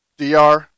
DR